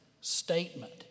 statement